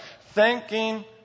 thanking